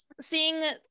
seeing